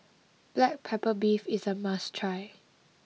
Black Pepper Beef is a must try